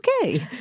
okay